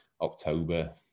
October